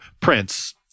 Prince